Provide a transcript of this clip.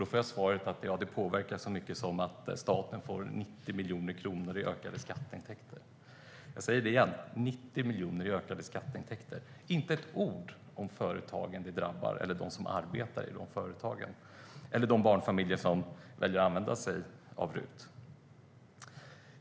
Då får jag svaret att det påverkar staten så att man får in 90 miljoner kronor i ökade skatteintäkter - inte ett ord i svaret om de företag som drabbas, de som arbetar i dessa företag eller de barnfamiljer som väljer att använda sig av RUT.